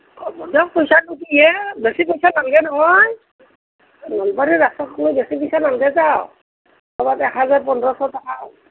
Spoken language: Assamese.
পইচানো কি এ বেছি পইচা নালাগে নহয় নলবাৰীৰ ৰাস চাবলৈ বেছি পইচা নালাগে যাৱক অলপ এক হাজাৰ পোন্ধৰশ টকা